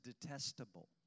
detestable